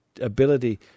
ability